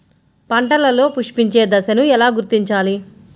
పంటలలో పుష్పించే దశను ఎలా గుర్తించాలి?